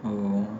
mmhmm